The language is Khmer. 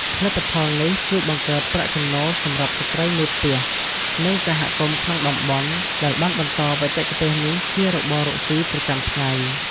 ផលិតផលនេះជួយបង្កើតប្រាក់ចំណូលសម្រាប់ស្រ្តីមេផ្ទះ និងសហគមន៍ក្នុងតំបន់ ដែលបានបន្តបច្ចេកទេសនេះជារបររកស៊ីប្រចាំថ្ងៃ។